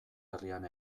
herrian